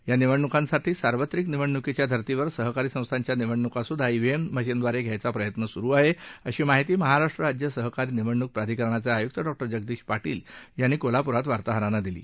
या निवडणुकस्त्री सर्वित्रिक निवडणुकीच्या अर्तीवर सहक्षी संस्थाच्या निवडणुकस्त्रिद्ध ईव्हीएम मशिनद्वरीघ्यायचा प्रयत्न सुरू हे अशी मक्रिती महराष्ट्र राज्य सहकारी निवडणूक प्राधिकरणाचे युक्त डॉक्टर जगदीश पट्टील याती कोल्ह्युक्रिती वार्ताहरांना दिली